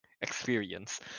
experience